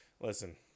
Listen